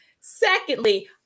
Secondly